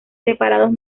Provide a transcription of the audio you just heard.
separados